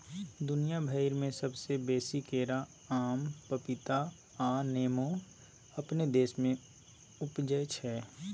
दुनिया भइर में सबसे बेसी केरा, आम, पपीता आ नेमो अपने देश में उपजै छै